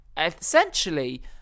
essentially